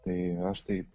tai aš taip